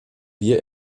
wir